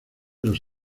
los